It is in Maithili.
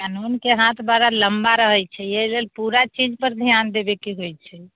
कानूनके हाथ बड़ा लम्बा रहै छै अइ लेल पूरा चीजपर ध्यान देबैके होइ छै